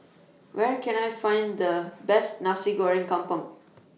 Where Can I Find The Best Nasi Goreng Kampung